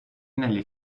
negli